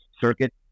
circuit